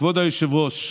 כבוד היושב-ראש,